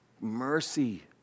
mercy